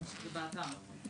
זה באתר.